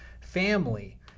family